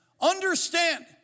Understand